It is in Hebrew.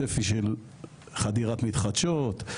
צפי של חדירת מתחדשות,